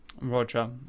Roger